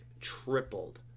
tripled